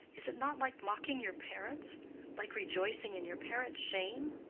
is it not like mocking your parents like rejoicing in your parents' shame?